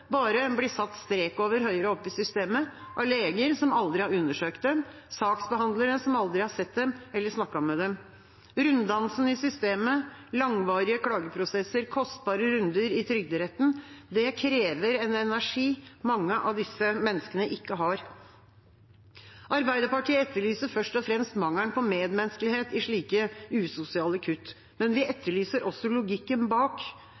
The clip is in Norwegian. bare blir satt strek over høyere opp i systemet av leger som aldri har undersøkt dem, saksbehandlere som aldri har sett dem eller snakket med dem. Runddansen i systemet, langvarige klageprosesser, kostbare runder i Trygderetten – det krever en energi mange av disse menneskene ikke har. Arbeiderpartiet etterlyser først og fremst mangelen på medmenneskelighet i slike usosiale kutt, men vi etterlyser også logikken bak.